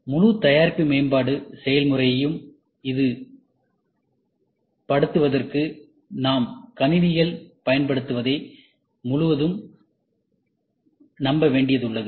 முழு தயாரிப்பு மேம்பாட்டு செயல்முறையையும் இது படுத்துவதற்கு நாம் கணினிகள் பயன்படுத்துவதை முழுவதும் நம்ப வேண்டியதுள்ளது